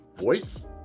voice